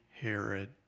Herod